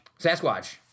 sasquatch